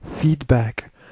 Feedback